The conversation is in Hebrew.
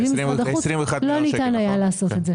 בלי משרד החוץ לא ניתן היה לעשות את זה.